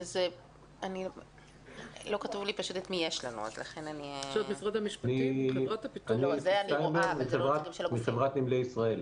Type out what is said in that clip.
איציק שטיינברג, חברת נמלי ישראל.